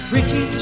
Ricky